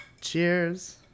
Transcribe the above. Cheers